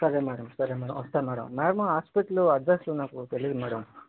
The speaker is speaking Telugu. సరే మేడం సరే మేడం వస్తా మేడం మ్యామ్ హాస్పిటలు అడ్రసు నాకు తెలియదు మేడం